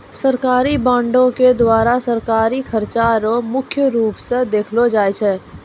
सरकारी बॉंडों के द्वारा सरकारी खर्चा रो मुख्य रूप स देखलो जाय छै